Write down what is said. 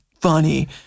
funny